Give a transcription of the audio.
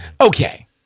Okay